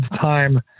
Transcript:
time